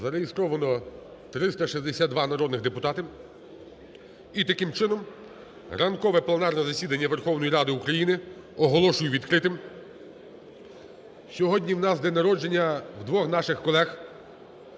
Зареєстровано 362 народних депутатів. І таким чином ранкове пленарне засідання Верховної Ради України оголошую відкритим. Сьогодні у нас день народження двох наших колег.